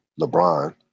LeBron